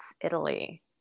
Italy